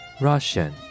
Russian